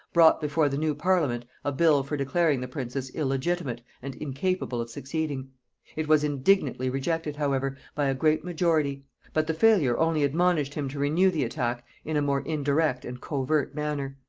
brought before the new parliament a bill for declaring the princess illegitimate and incapable of succeeding it was indignantly rejected, however, by a great majority but the failure only admonished him to renew the attack in a more indirect and covert manner.